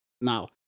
Now